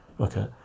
okay